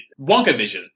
WonkaVision